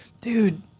dude